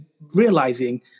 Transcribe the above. realizing